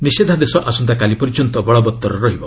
ନିଷେଧାଦେଶ ଆସନ୍ତାକାଲି ପର୍ଯ୍ୟନ୍ତ ବଳବତ୍ତର ରହିବ